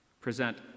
present